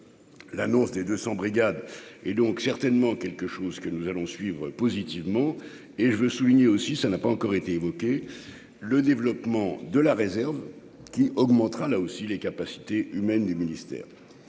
L'annonce des 200 brigade et donc certainement quelque chose que nous allons suivre positivement et je veux souligner aussi, ça n'a pas encore été évoqué le développement de la réserve qui augmentera là aussi les capacités humaines du ministère,